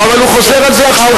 אבל הוא חוזר על זה עכשיו,